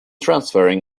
transferring